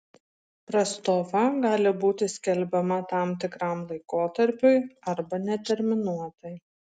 prastova gali būti skelbiama tam tikram laikotarpiui arba neterminuotai